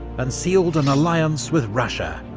and sealed an alliance with russia.